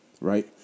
right